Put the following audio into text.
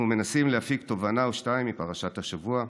אנחנו מנסים להפיק תובנה או שתיים מפרשת השבוע.